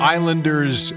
Islanders